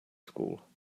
school